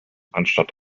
anstatt